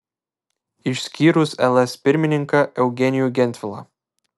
išskyrus ls pirmininką eugenijų gentvilą